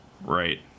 right